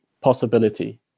possibility